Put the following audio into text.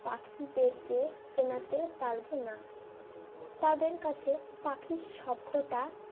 পাখিদেরকে চেনাতে পারবো না তাদের কাছে পাখির শব্দটা